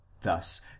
Thus